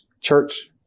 church